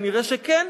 נראה שכן.